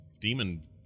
demon